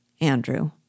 Andrew